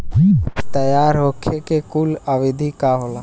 तैयार होखे के कूल अवधि का होला?